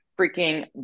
freaking